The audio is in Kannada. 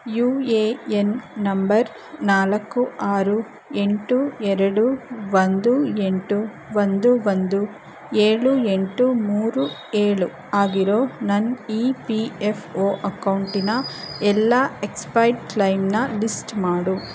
ಯು ಎ ಎನ್ ನಂಬರ್ ನಾಲ್ಕು ಆರು ಎಂಟು ಎರಡು ಒಂದು ಎಂಟು ಒಂದು ಒಂದು ಏಳು ಎಂಟು ಮೂರು ಏಳು ಆಗಿರೋ ನನ್ನ ಇ ಪಿ ಎಫ್ ಓ ಅಕೌಂಟಿನ ಎಲ್ಲ ಅಕ್ಸ್ಪೆಡ್ ಕ್ಲೇಮ್ಸ್ನ ಲಿಸ್ಟ್ ಮಾಡು